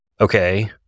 okay